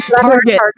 target